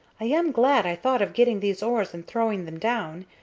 i am glad i thought of getting these oars and throwing them down,